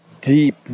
deep